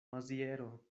maziero